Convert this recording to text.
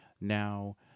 Now